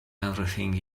everything